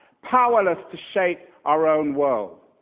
powerless to shape our own world.